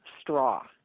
straw